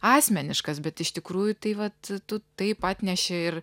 asmeniškas bet iš tikrųjų tai vat tu taip atneši ir